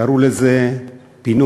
קראו לזה פינוי,